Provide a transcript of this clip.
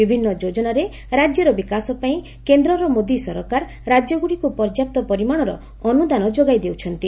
ବିଭିନ୍ନ ଯୋଜନାରେ ରାଜ୍ୟର ବିକାଶ ପାଇଁ କେନ୍ଦର ମୋଦି ସରକାର ରାଜ୍ୟଗୁଡ଼ିକୁ ପର୍ଯ୍ୟାପ୍ତ ପରିମାଣର ଅନୁଦାନ ଯୋଗାଇ ଦେଉଛନ୍ତି